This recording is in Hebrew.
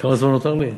כמה זמן נותר לי?